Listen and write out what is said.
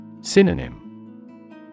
Synonym